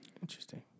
Interesting